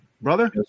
brother